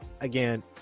Again